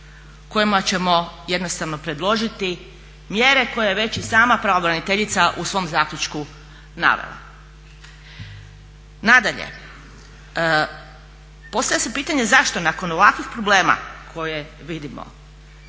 kojim ćemo jednostavno predložiti mjere koje je već i sama pravobraniteljica u svom zaključku navela. Nadalje, postavlja se pitanje zašto nakon ovakvih problema koje vidimo